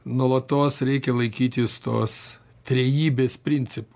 nuolatos reikia laikytis tos trejybės principų